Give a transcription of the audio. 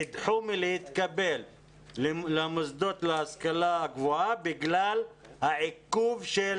נדחו מלהתקבל למוסדות להשכלה גבוהה בגלל העיכוב של